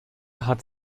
hat